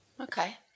Okay